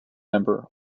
member